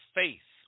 faith